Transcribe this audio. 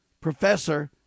professor